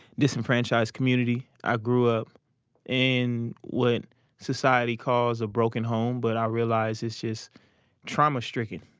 disenfranchised community. i grew up in what society calls a broken home but i realized it's just trauma-stricken.